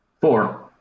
Four